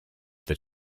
that